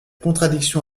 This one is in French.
contradiction